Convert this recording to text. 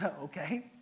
Okay